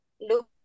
look